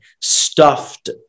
stuffed